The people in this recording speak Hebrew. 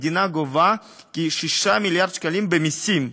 המדינה גובה כ-6 מיליארד שקלים במסים,